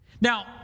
Now